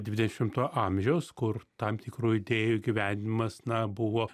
dvidešimto amžiaus kur tam tikrų idėjų įgyvendinimas na buvo